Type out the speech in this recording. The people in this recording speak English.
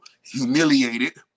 humiliated